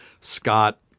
Scott